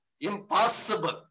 Impossible